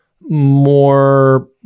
more